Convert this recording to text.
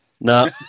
No